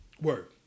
Word